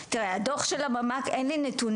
תראה, הדו"ח של הממ"כ, אין לי נתונים.